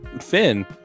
Finn